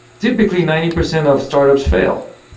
typically ninety percent of startups fail,